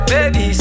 Baby